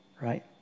right